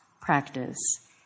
practice